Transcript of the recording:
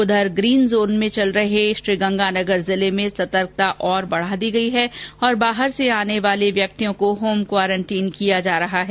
उधर green zone में चल रहे श्रीगंगानगर जिले में सतर्कता और बढा दी गयी है और बाहर से आने वाले व्यक्तियों को होम क्वारेंटीन किया जा रहा है